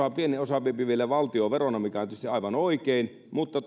on älyttömän pieni pienen osan vie vielä valtio verona mikä on tietysti aivan oikein mutta